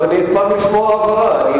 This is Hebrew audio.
אז אני אשמח לשמוע הבהרה.